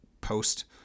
post